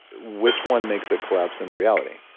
which one makes it collapse into reality?